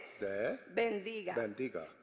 bendiga